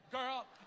Girl